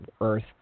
Earth